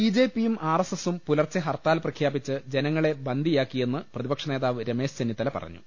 ബിജെപിയും ആർഎസ്എസും പുലർച്ചെ ഹർത്താൽ പ്രഖ്യാപിച്ച് ജന ങ്ങളെ ബന്ദിയാക്കിയെന്ന് പ്രതിപക്ഷനേതാവ് രമേശ് ചെന്നിത്തല പറഞ്ഞു